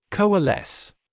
Coalesce